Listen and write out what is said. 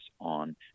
on